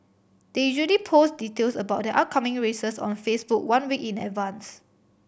they usually post details about their upcoming races on Facebook one week in advance